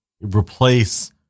replace